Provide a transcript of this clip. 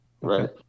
right